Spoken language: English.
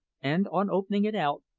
and on opening it out,